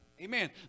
Amen